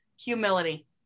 Humility